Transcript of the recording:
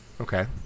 Okay